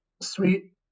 Sweet